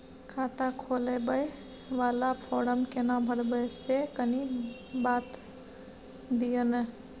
खाता खोलैबय वाला फारम केना भरबै से कनी बात दिय न?